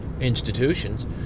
institutions